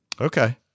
Okay